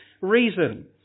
reason